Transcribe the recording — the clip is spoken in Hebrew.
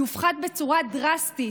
יופחת בצורה דרסטית.